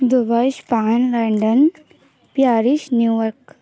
Dubai Spain London Paris New York